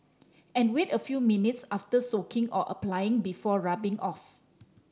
and wait a few minutes after soaking or applying before rubbing off